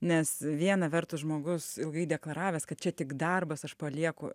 nes viena vertus žmogus ilgai deklaravęs kad čia tik darbas aš palieku